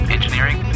Engineering